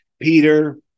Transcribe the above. Peter